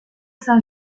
saint